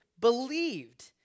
believed